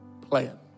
plan